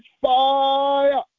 fire